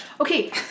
Okay